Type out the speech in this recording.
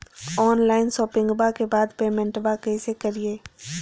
Online शोपिंग्बा के बाद पेमेंटबा कैसे करीय?